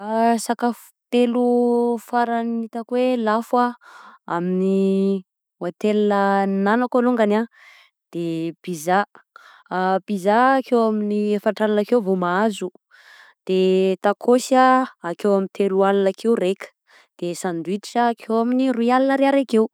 Sakafo telo farany itako oe lafo amin'ny hotel nihinanako alongany a, de pizza, pizza akeo amin'ny efatra alina akeo vô mahazo, de tacos a akeo telo alina akeo ny raika, de sandwitch a akeo amin'ny roy alina ariary akeo.